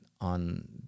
on